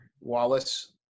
Wallace